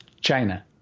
China